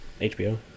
HBO